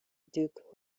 duke